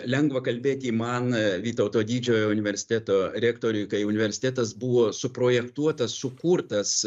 lengva kalbėti man vytauto didžiojo universiteto rektoriui kai universitetas buvo suprojektuotas sukurtas